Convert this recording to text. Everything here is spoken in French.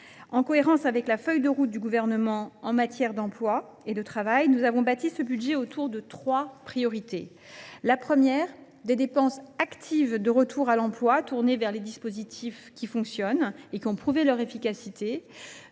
En cohérence avec la feuille de route du Gouvernement en matière d’emploi et de travail, nous avons bâti ce budget autour de trois priorités. Il s’agit, premièrement, d’engager en faveur du retour à l’emploi des dépenses actives, tournées vers les dispositifs qui fonctionnent et qui ont prouvé leur efficacité.